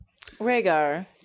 Rhaegar